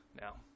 Now